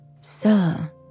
Sir